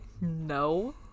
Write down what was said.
No